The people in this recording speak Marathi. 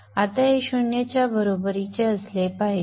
आता हे 0 च्या बरोबरीचे असले पाहिजे